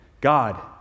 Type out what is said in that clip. God